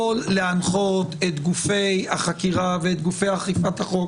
להנחות את גופי החקירה ואת גופי אכיפת החוק.